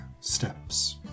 steps